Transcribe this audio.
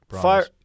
fire